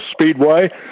Speedway